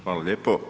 Hvala lijepo.